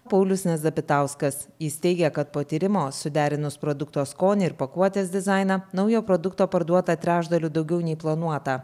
paulius nezabitauskas jis teigia kad po tyrimo suderinus produkto skonį ir pakuotės dizainą naujo produkto parduota trečdaliu daugiau nei planuota